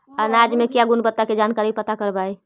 अनाज मे क्या गुणवत्ता के जानकारी पता करबाय?